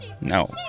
No